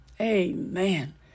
Amen